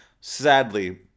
Sadly